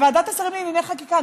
בוועדת השרים לענייני חקיקה,